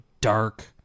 dark